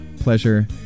Pleasure